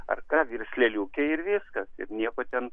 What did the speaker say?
ar ką virs lėliuke ir viskas ir nieko ten